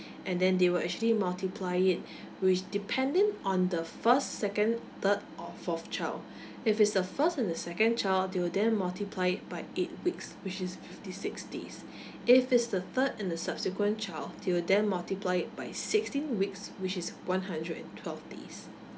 and then they will actually multiply it which depending on the first second third or fourth child if it's the first and the second child they'll then multiply it by eight weeks which is fifty six days if it's the third and the subsequent child they'll then multiply it by sixteen weeks which is one hundred and twelve days